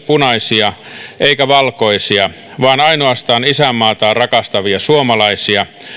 punaisia eikä valkoisia vaan ainoastaan isänmaataan rakastavia suomalaisia